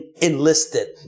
enlisted